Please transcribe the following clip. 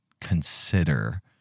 consider